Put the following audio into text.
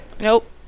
Nope